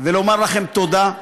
ולומר לכם תודה.